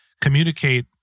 communicate